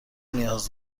نیاز